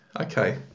okay